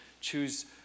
choose